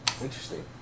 Interesting